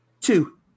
two